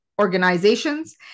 organizations